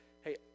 Hey